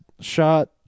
shot